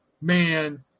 man